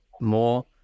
more